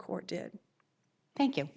court did thank you